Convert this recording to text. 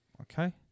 okay